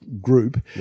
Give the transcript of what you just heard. group